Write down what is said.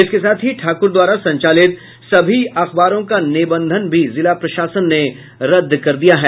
इसके साथ ही ठाकुर द्वारा संचालित सभी अखबारों का निबंधन भी जिला प्रशासन ने रद्द कर दिया है